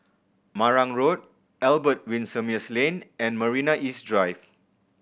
Marang Road Albert Winsemius Lane and Marina East Drive